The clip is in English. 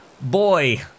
boy